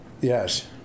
Yes